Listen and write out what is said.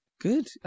Good